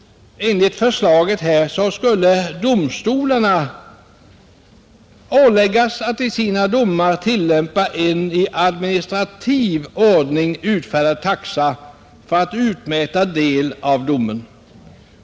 Enligt förslaget skulle domstolarna åläggas att i sina domar tillämpa en i administrativ ordning utfärdad taxa för att utmäta del av domen.